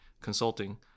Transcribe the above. consulting